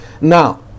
Now